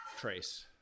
Trace